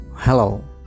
Hello